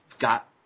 got